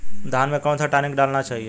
धान में कौन सा टॉनिक डालना चाहिए?